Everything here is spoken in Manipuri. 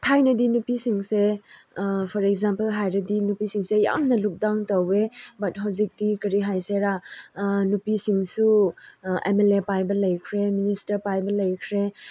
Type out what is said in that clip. ꯊꯥꯏꯅꯗꯤ ꯅꯨꯄꯤꯁꯤꯡꯁꯦ ꯐꯣꯔ ꯑꯦꯛꯖꯥꯝꯄꯜ ꯍꯥꯏꯔꯗꯤ ꯅꯨꯄꯤꯁꯤꯡꯁꯦ ꯌꯥꯝꯅ ꯂꯨꯛ ꯗꯥꯎꯟ ꯇꯧꯋꯦ ꯕꯠ ꯍꯧꯖꯤꯛꯇꯤ ꯀꯔꯤ ꯍꯥꯏꯁꯤꯔꯥ ꯅꯨꯄꯤꯁꯤꯡꯁꯨ ꯑꯦꯝ ꯑꯦꯜ ꯑꯦ ꯄꯥꯏꯕ ꯂꯩꯈ꯭ꯔꯦ ꯃꯤꯅꯤꯁꯇꯔ ꯄꯥꯏꯕ ꯂꯩꯈ꯭ꯔꯦ